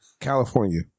California